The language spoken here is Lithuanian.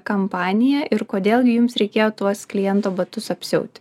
kampaniją ir kodėl gi jums reikėjo tuos kliento batus apsiauti